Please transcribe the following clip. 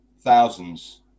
Thousands